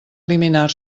eliminar